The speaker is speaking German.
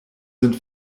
sind